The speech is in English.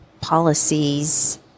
policies